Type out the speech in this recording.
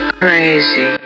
crazy